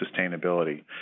sustainability